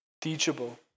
teachable